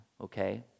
okay